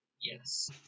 yes